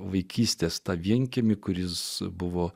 vaikystės tą vienkiemį kuris buvo